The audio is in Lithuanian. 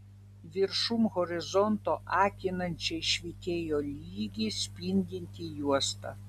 viršum horizonto akinančiai švytėjo lygi spindinti juosta